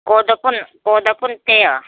कोदो पनि कोदो पनि त्यही हो